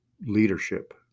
leadership